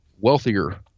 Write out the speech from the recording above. wealthier